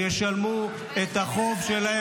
-- וגם מחבלים קטינים ייכנסו לכלא וישלמו את החוב שלהם